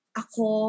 ako